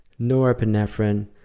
norepinephrine